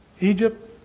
Egypt